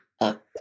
up